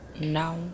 No